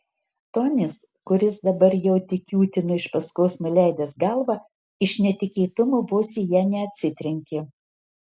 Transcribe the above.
tonis kuris dabar jau tik kiūtino iš paskos nuleidęs galvą iš netikėtumo vos į ją neatsitrenkė